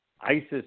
ISIS